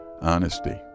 honesty